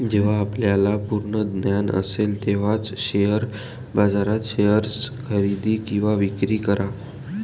जेव्हा आपल्याला पूर्ण ज्ञान असेल तेव्हाच शेअर बाजारात शेअर्स खरेदी किंवा विक्री करा